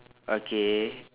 okay